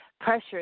pressure